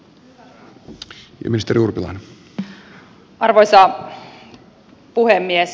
arvoisa puhemies